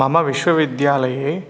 मम विश्वविद्यालये